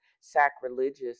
sacrilegious